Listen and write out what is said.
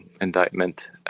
indictment